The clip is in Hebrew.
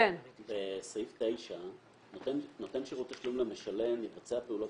בסעיף 9: נותן שירותי תשלום למשלם יבצע פעולת